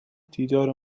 دیدار